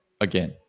again